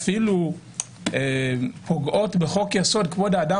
ואפילו פוגעות בחוק יסוד: כבוד האדם